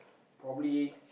probably